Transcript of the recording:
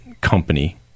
company